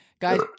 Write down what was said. Guys